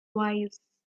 wise